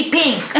pink